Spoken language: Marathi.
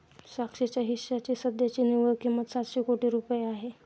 साक्षीच्या हिश्श्याची सध्याची निव्वळ किंमत सातशे कोटी रुपये आहे